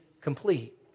complete